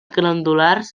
glandulars